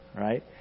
right